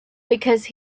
because